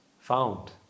found